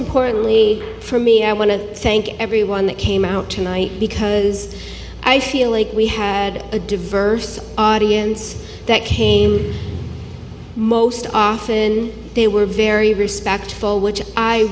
importantly for me i want to thank everyone that came out tonight because i feel like we have had a diverse audience that came most often they were very respectful which i